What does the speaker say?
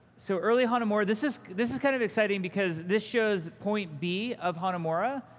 so, early hanamura. this is this is kind of exciting, because this shows point b of hanamura,